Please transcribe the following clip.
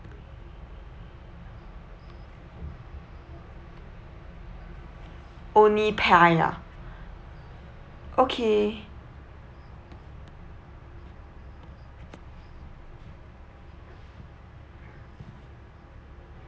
only pie ah okay